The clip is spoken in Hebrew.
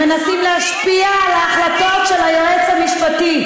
הם מנסים להשפיע על ההחלטות של היועץ המשפטי.